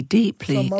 deeply